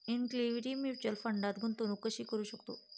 Equity mutual फंडात गुंतवणूक कशी करू शकतो?